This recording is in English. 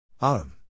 Autumn